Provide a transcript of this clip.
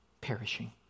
perishing